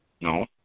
No